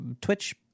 twitch